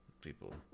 people